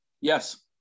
Yes